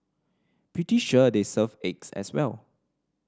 pretty sure they serve eggs as well